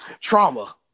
trauma